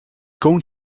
going